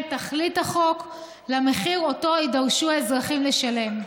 תכלית החוק למחיר שיידרשו האזרחים לשלם.